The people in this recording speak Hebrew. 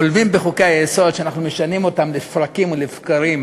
עולבים בחוקי-היסוד שאנחנו משנים אותם לפרקים ולבקרים